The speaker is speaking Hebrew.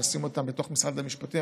לשים אותם בתוך משרד המשפטים,